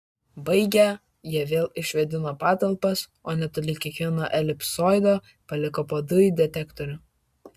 baigę jie vėl išvėdino patalpas o netoli kiekvieno elipsoido paliko po dujų detektorių